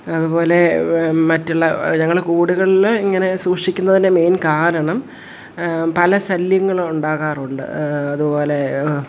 അതുപോലെ മറ്റുള്ള ഞങ്ങൾ കൂടുകളിൽ ഇങ്ങനെ സൂക്ഷിക്കുന്നതിൻ്റെ മെയിൻ കാരണം പല ശല്യങ്ങളുണ്ടാകാറുണ്ട് അതുപോലെ